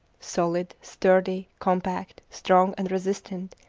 solid, sturdy, compact, strong, and resistant,